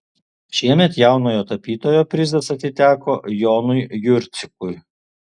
šiemet jaunojo tapytojo prizas atiteko jonui jurcikui